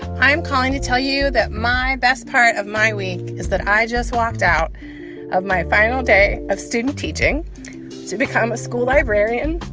i'm calling to tell you that my best part of my week is that i just walked out of my final day of student teaching to become a school librarian.